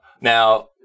Now